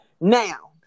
Now